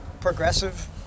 progressive